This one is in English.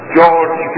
George